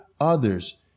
others